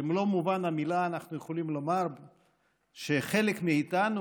במלוא מובן המילה אנחנו יכולים לומר שחלק מאיתנו,